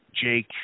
Jake